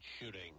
shooting